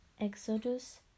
Exodus